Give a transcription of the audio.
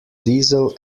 diesel